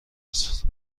است